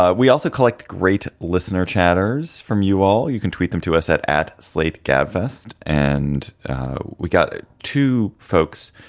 ah we also collect great listener chatters from you all. you can tweet them to us at at slate gabfest. and we got to folks.